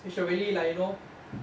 we should really like you know